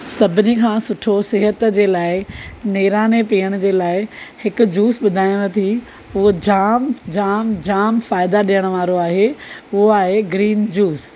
सभिनी खां सुठो सिहत जे लाइ नेराणे पीअण जे लाइ हिकु जूस ॿुधायां थी उहो जाम जाम जाम फ़ाइदा ॾियण वारो आहे उहो आहे ग्रीन जूस